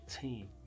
team